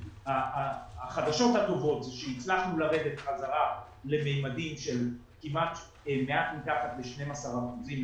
החדשות הטובות הן שהצלחנו לרדת בחזרה לממדים של מעט מתחת לן-12 אחוזים,